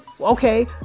okay